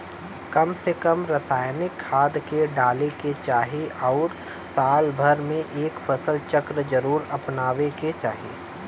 कम से कम रासायनिक खाद के डाले के चाही आउर साल भर में एक फसल चक्र जरुर अपनावे के चाही